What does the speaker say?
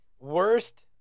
Worst